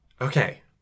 Okay